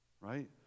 right